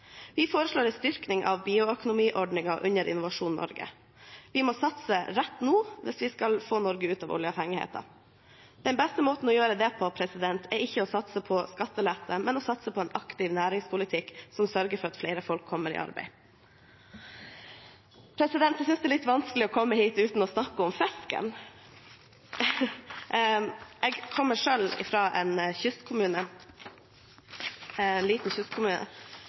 Vi foreslår en styrking av bioøkonomiordningen under Innovasjon Norge. Vi må satse rett nå hvis vi skal få Norge ut av oljeavhengigheten. Den beste måten å gjøre det på er ikke å satse på skattelette, men å satse på en aktiv næringspolitikk som sørger for at flere folk kommer i arbeid. Jeg synes det er litt vanskelig å komme hit uten å snakke om fisk. Jeg kommer selv fra en liten kystkommune